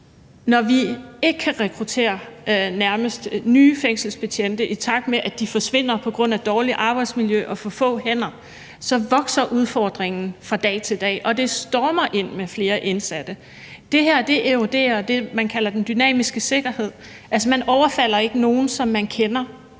nærmest ikke kan rekruttere nye fængselsbetjente, i takt med at de forsvinder på grund af dårligt arbejdsmiljø og for få hænder, så vokser udfordringen fra dag til dag. Og det stormer ind med flere indsatte. Det her eroderer jo det, man kalder den dynamiske sikkerhed; at man ikke overfalder nogen, som man kender.